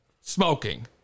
smoking